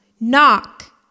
Knock